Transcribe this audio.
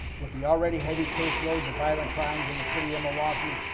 with the already heavy caseloads of violent crimes in the city of milwaukee,